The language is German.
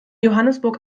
johannesburg